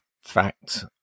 fact